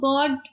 God